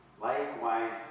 likewise